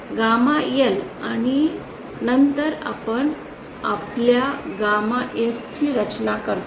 gamma L आणि नंतर आपण आपल्या गॅमा S ची रचना करतो